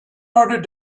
order